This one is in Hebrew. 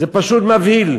זה פשוט מבהיל.